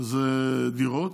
זה דירות.